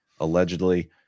allegedly